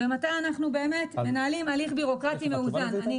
ומתי אנחנו באמת מנהלים הליך בירוקרטי מאוזן.